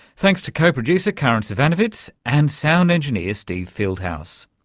thanks to co-producer karin zsivanovits and sound engineer steve fieldhouse.